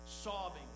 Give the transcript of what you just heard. sobbing